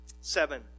Seven